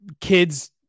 kids